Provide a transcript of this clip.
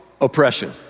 oppression